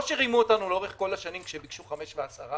או רימו אותנו לאורך כל השנים כשביקשו 5.10,